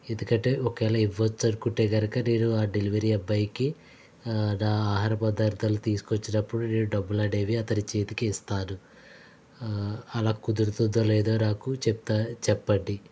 ఎందుకంటే ఒకవేళ ఇవ్వచ్చనుకుంటే కనుక నేను ఆ డెలివరీ అబ్బాయికి నా ఆహార పదార్థాలు తీసుకొచ్చినప్పుడు నేను డబ్బులనేవి అతని చేతికి ఇస్తాను అలా కుదురుతుందో లేదో నాకు చెప్తా చెప్పండి